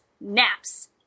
naps